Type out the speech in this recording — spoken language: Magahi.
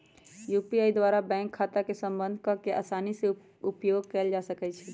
यू.पी.आई द्वारा बैंक खता के संबद्ध कऽ के असानी से उपयोग कयल जा सकइ छै